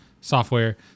software